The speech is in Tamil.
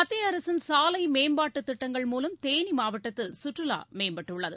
மத்திய அரசின் சாலை மேம்பாட்டுத் திட்டங்கள் மூலம் தேனி மாவட்டத்தில் சுற்றுலா மேம்பாட்டுள்ளது